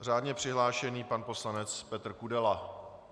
Řádně přihlášený pan poslanec Petr Kudela.